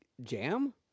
jam